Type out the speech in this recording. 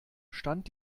stand